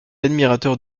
admirateur